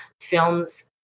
films